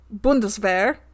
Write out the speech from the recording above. Bundeswehr